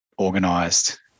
organised